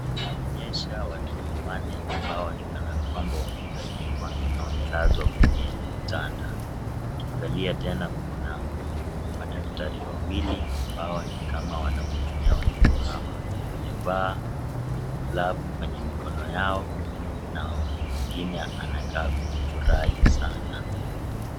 Inaonyesha watoto wanne ambao ni kana kwamba wamezaliwa, na wamelazwa kwenye kitanda, ukiangalia tena Kuna madaktari wawili ambao ni kama wanahudumia watoto hawa. Wamevaa maglavu kwenye mikono yao na mwingine anakaa kufurahi sana